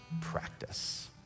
practice